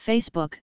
Facebook